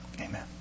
amen